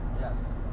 Yes